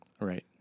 Right